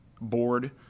board